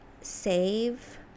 save